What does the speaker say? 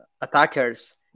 attackers